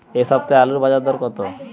এ সপ্তাহে আলুর বাজার দর কত?